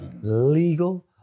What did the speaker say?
legal